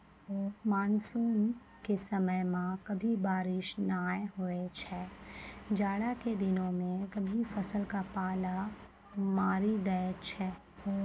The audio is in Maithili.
मानसून के समय मॅ कभी बारिश नाय होय छै, जाड़ा के दिनों मॅ कभी फसल क पाला मारी दै छै